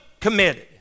committed